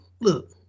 look